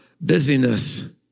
busyness